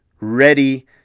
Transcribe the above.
ready